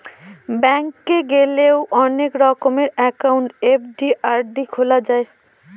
bank গেলে অনেক রকমের একাউন্ট এফ.ডি, আর.ডি খোলা যায়